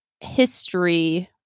history